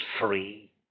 free